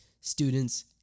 students